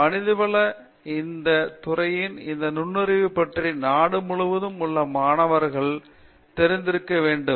மனிதவளதிற்கு இந்த நுண்ணறிவு பற்றி நாடு முழுவதும் உள்ள மாணவர்கள் தெரிந்திருக்க வேண்டும்